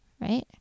right